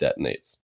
detonates